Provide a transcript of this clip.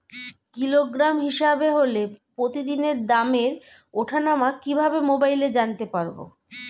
Kilogram হিসাবে হলে প্রতিদিনের দামের ওঠানামা কিভাবে মোবাইলে জানতে পারবো?